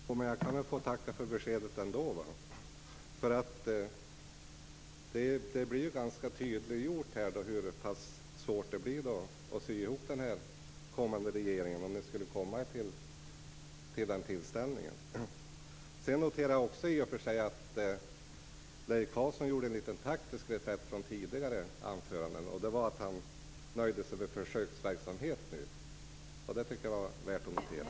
Fru talman! Jag kan väl ändå få tacka för beskedet? Det är ganska tydligt att det blir svårt att sy ihop den kommande regeringen, om ni skulle komma i den situationen. Jag noterar också att Leif Carlson gjorde en taktisk reträtt från det han sade i tidigare anföranden. Nu sade han att han nöjde sig med försöksverksamhet. Det tycker jag är värt att notera.